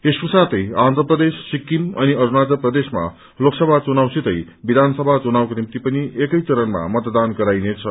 यसको साथे आन्ध्र प्रदेश सिक्किम अनि अरूणाचल प्रदेशमा लोकसभा चुनावसितै विधानसभा चुनावको निम्ति पनि एकै चरणमा मतदान गराइनेछ